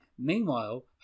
Meanwhile